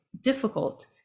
difficult